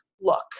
look